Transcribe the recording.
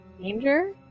danger